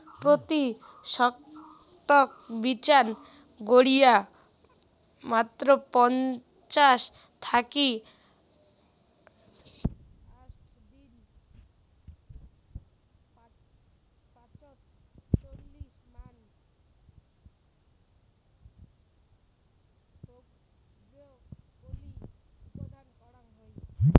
পত্যি শতক বিচন গাড়িয়া মাত্র পঞ্চাশ থাকি ষাট দিন পাছত চল্লিশ মন ব্রকলি উৎপাদন করাং হই